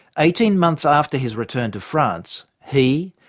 eighteen months after his return to france, he,